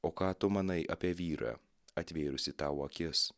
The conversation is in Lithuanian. o ką tu manai apie vyrą atvėrusį tau akis